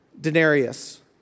denarius